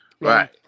right